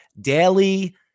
daily